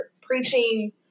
preaching